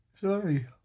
Sorry